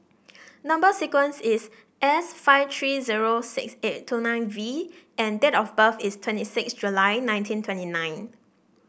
number sequence is S five three zero six eight two nine V and date of birth is twenty six July nineteen twenty nine